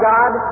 God